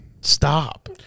stop